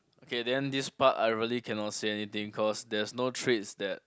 K then this part I really cannot say anything cause there's no traits that